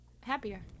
happier